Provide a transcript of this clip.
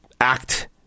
act